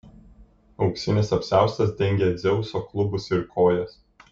auksinis apsiaustas dengė dzeuso klubus ir kojas